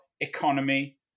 economy